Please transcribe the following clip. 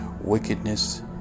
Wickedness